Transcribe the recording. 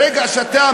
ברגע שאתה,